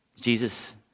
Jesus